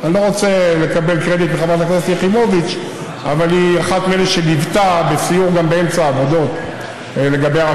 אני חייבת לומר שגם אני, במסגרת סיורים של שדולת